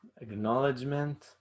Acknowledgement